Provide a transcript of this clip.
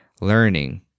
learning